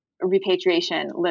repatriation